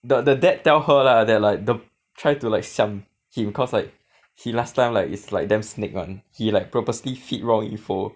the the dad tell her lah that like the try to like siam him because like he last time like is like damn snake [one] he like purposely feed wrong info